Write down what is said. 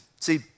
See